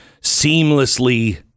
seamlessly